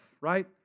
right